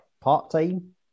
part-time